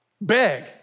Beg